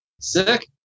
Sick